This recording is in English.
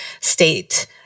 state